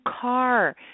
car